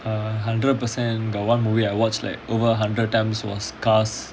err hundred percent got one movie I watch like over a hundred times was cars